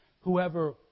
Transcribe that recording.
whoever